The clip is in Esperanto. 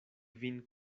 vin